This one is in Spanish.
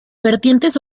vertientes